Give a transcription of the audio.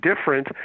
different